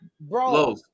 bro